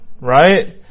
right